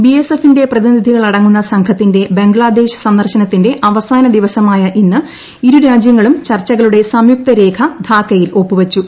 B S എഫിന്റെ പ്രതിനിധ്യികളടങ്ങുന്ന സംഘത്തിന്റെ ബംഗ്ലാദേശ് സന്ദർശനത്തിന്റെ അവസാന്ത്രിവ്സമായ ഇന്ന് ഇരു രാജ്യങ്ങളും ചർച്ചകളുടെ സംയുക്തിൽബ് ധാക്കയിൽ ഒപ്പുവച്ചു